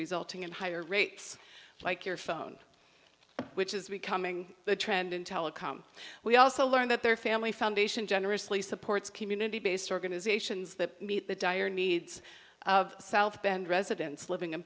resulting in higher rates like your phone which is becoming the trend in telecom we also learned that their family foundation generously supports community based organizations that meet the dire needs of south bend residents living in